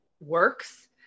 works